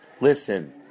listen